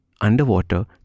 underwater